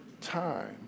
time